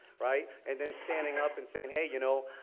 right, and then standing up and saying, hey, you know,